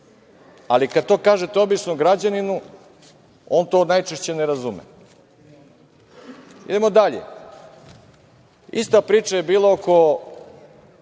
Ali kada to kažete običnom građaninu, on to najčešće ne razume. Idemo dalje, ista priča je bila oko